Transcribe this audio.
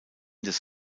des